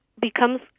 becomes